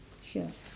sure